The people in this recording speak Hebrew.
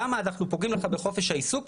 למה אנחנו פוגעים בחופש העיסוק,